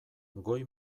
goi